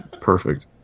perfect